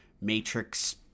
Matrix